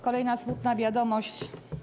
Kolejna smutna wiadomość.